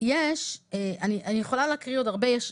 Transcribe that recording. אני יכולה להקריא עוד הרבה,